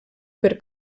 per